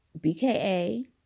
BKA